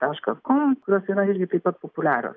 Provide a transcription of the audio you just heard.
taškas kom kurios yra irgi taip pat populiarios